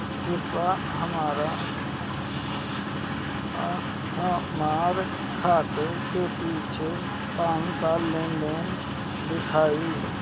कृपया हमरा हमार खाते से पिछले पांच लेन देन दिखाइ